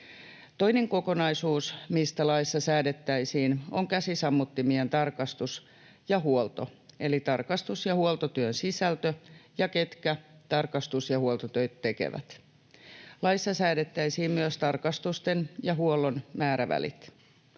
Toinen kokonaisuus, mistä laissa säädettäisiin, on käsisammuttimien tarkastus ja huolto, eli tarkastus- ja huoltotyön sisältö ja ketkä tarkastus- ja huoltotöitä tekevät. Laissa säädettäisiin myös tarkastusten ja huollon määrävälit.